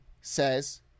says